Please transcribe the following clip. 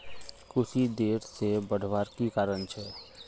कुशी देर से बढ़वार की कारण छे?